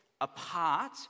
apart